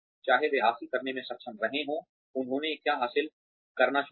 चाहे वे हासिल करने में सक्षम रहे हों उन्होंने क्या हासिल करना शुरू किया